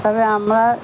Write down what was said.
তবে আমরা